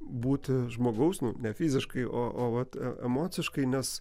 būti žmogaus nu ne fiziškai o vat emociškai nes